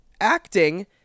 acting